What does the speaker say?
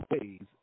ways